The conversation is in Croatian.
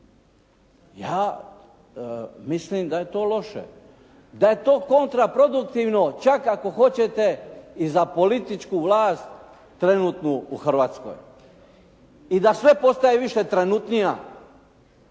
Ja mislim da je to loše, da je to kontraproduktivno, čak ako hoćete i za političku vlast trenutnu u Hrvatskoj i da sve postaje više trenutnija